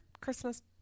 Christmas